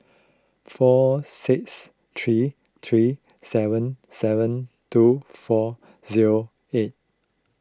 four six three three seven seven two four zero eight